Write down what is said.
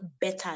better